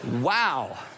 Wow